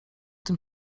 tym